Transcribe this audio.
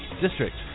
district